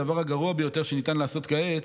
הדבר הגרוע ביותר שניתן לעשות כעת